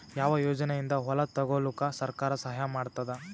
ಯಾವ ಯೋಜನೆಯಿಂದ ಹೊಲ ತೊಗೊಲುಕ ಸರ್ಕಾರ ಸಹಾಯ ಮಾಡತಾದ?